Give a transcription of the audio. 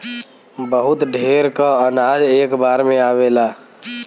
बहुत ढेर क अनाज एक बार में आवेला